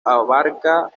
abarcaba